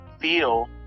feel